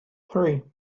three